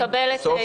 מקבלת את ההתנצלות.